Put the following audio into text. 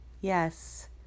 Yes